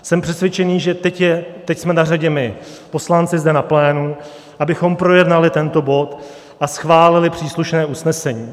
Jsem přesvědčen, že teď jsme na řadě my, poslanci zde na plénu, abychom projednali tento bod a schválili příslušné usnesení.